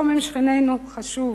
השלום עם שכנינו חשוב,